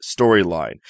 storyline